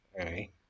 Okay